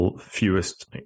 fewest